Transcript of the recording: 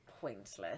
pointless